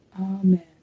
Amen